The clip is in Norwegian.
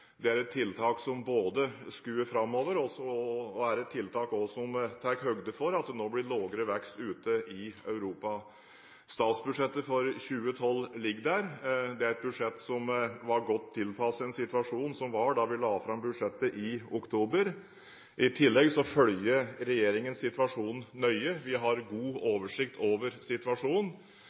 Det er et tiltak som både skuer framover, og som tar høyde for at det nå blir lavere vekst ute i Europa. Statsbudsjettet for 2012 ligger der. Det er et budsjett som var godt tilpasset den situasjon som var da vi la det fram i oktober. I tillegg følger regjeringen situasjonen nøye, vi har god oversikt over situasjonen. Hva slags tiltak det kan bli aktuelt å sette inn, vil jo avhenge av situasjonen